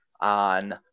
on